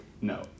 no